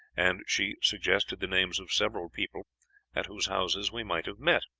and she suggested the names of several people at whose houses we might have met.